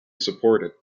supported